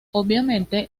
obviamente